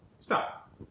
Stop